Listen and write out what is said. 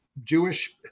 Jewish